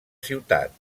ciutat